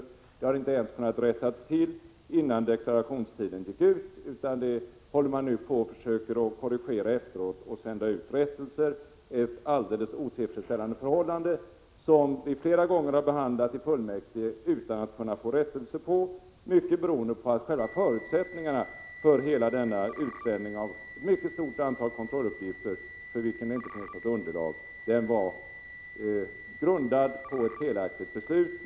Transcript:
Dessa fel har inte ens kunnat rättas till, innan deklarationstiden gick ut. Felen försöker man nu korrigera efteråt genom att sända ut rättelser, ett alldeles otillfredsställande förhållande. Vi har i fullmäktige flera gånger behandlat förhållandet utan att kunna få till stånd någon rättelse, mycket beroende på att själva förutsättningarna för hela denna utsändning av ett mycket stort antal kontrolluppgifter — för vilket det inte fanns något underlag — var grundade på ett felaktigt beslut.